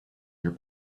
your